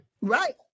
Right